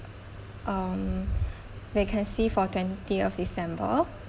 um vacancy for twentieth december